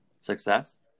Success